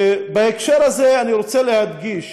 ובהקשר הזה אני רוצה להדגיש